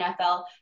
NFL